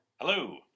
hello